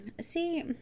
See